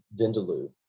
Vindaloo